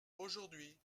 aujourd’hui